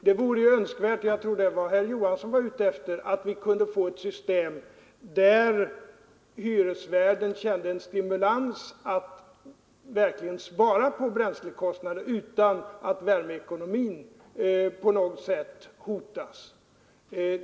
Det vore önskvärt — och jag tror att det var det som herr Johansson i Stockholm var ute efter — att vi kunde få ett system där hyresvärden verkligen kände en stimulans att spara på bränslekostnaderna utan att värmeekonomin hotas.